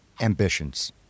ambitions